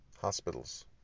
Hospitals